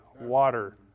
water